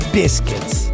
biscuits